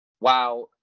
wow